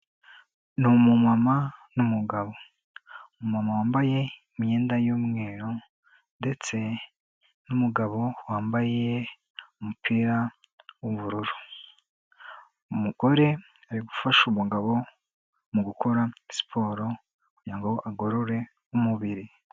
Ni umumama n'umugabo, umumama wambaye imyenda y'umweru ndetse n'umugabo wambaye umupira w'ubururu, umugore ari gufasha umugabo mu gukora siporo kugira ngo agorore umubiri.